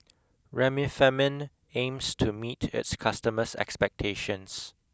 Remifemin aims to meet its customers' expectations